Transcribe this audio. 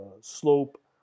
slope